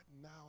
now